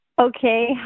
Okay